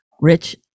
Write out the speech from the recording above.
rich